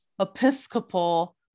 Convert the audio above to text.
Episcopal